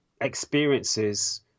experiences